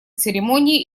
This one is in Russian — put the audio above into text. церемонии